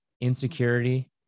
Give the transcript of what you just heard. insecurity